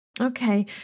Okay